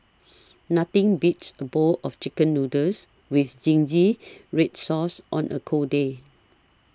nothing beats a bowl of Chicken Noodles with Zingy Red Sauce on a cold day